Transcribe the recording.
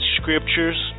scriptures